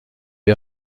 est